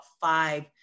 five